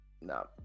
no